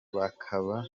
bakaba